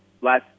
last